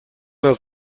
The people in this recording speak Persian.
است